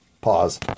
Pause